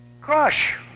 Crush